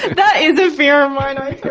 that is a fear of mine. i